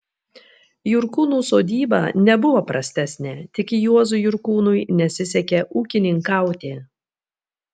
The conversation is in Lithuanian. jurkūnų sodyba nebuvo prastesnė tik juozui jurkūnui nesisekė ūkininkauti